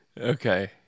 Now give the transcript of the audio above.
Okay